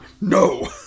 no